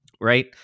right